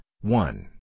one